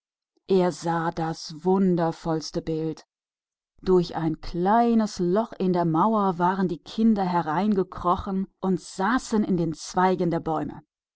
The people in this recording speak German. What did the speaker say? er sah was ganz wunderbares durch ein kleines loch in der mauer waren die kinder hereingekrochen und saßen in den zweigen der bäume